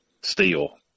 steel